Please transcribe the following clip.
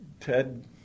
Ted